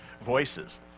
voices